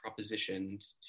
propositioned